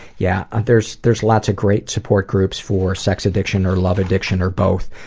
yeah ah there's there's lots of great support groups for sex addiction or love addiction or both.